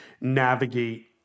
navigate